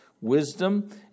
wisdom